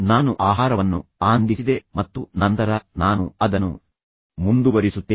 ನಾನು ಆಹಾರವನ್ನು ಆನಂದಿಸಿದೆ ಮತ್ತು ನಂತರ ನಾನು ಅದನ್ನು ಮುಂದುವರಿಸುತ್ತೇನೆ